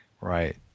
right